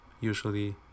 usually